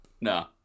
No